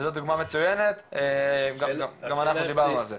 וזאת דוגמה מצוינת, גם אנחנו דיברנו על זה.